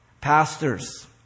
pastors